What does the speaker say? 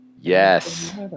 Yes